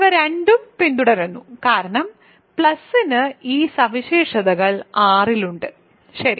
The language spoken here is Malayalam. ഇവ രണ്ടും പിന്തുടരുന്നു കാരണം പ്ലസിന് ഈ സവിശേഷതകൾ R ൽ ഉണ്ട് ശരി